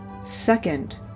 Second